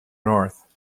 north